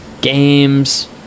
games